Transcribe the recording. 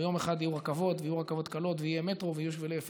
ביום אחד יהיו רכבות ויהיו רכבות קלות ויהיה מטרו ויהיו שבילי אופניים.